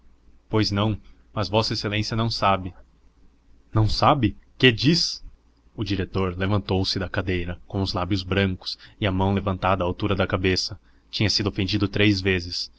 pois não mas vossa excelência não sabe não sabe que diz o diretor levantou-se da cadeira com os lábios brancos e a mão levantada à altura da cabeça tinha sido ofendido três vezes